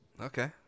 Okay